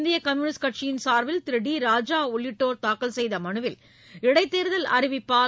இந்திய கம்யூனிஸ்ட் கட்சியின் சார்பில் திரு டி ராஜா உள்ளிட்டோர் தாக்கல் செய்த மனுவில் இடைத்தேர்தல் அறிவிப்பால்